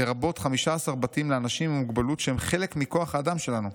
לרבות 15 בתים לאנשים עם מוגבלות שהם חלק מכוח האדם שלנו.